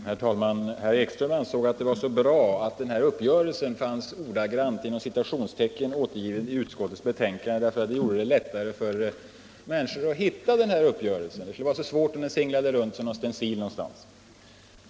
Herr talman! Herr Ekström ansåg att det var så bra att den här uppgörelsen fanns ordagrant, inom citationstecken, återgiven i utskottets betänkande. Det gjorde det lättare för människor att hitta uppgörelsen, vilket skulle vara svårt om den seglade runt som stencil.